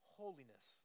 holiness